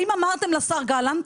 האם אמרתם לשר גלנט,